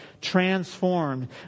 transformed